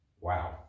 wow